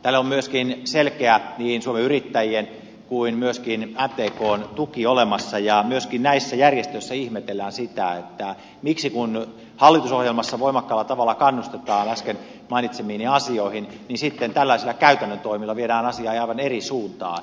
tälle on myöskin selkeä niin suomen yrittäjien kuin myöskin mtkn tuki olemassa ja myöskin näissä järjestöissä ihmetellään sitä että kun hallitusohjelmassa voimakkaalla tavalla kannustetaan äsken mainitsemiini asioihin miksi sitten tällaisilla käytännön toimilla viedään asiaa aivan eri suuntaan